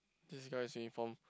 this guy's uniform